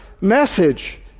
message